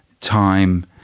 time